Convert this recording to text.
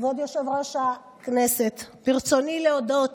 כבוד יושב-ראש הכנסת, ברצוני להודות